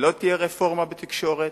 ולא תהיה רפורמה בתקשורת,